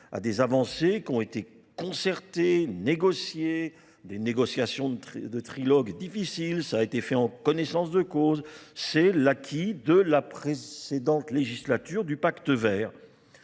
à des avancées qui ont été concertées, négociées, des négociations de trilogues difficiles, ça a été fait en connaissance de cause, c'est l'acquis de la précédente législature du pacte vert.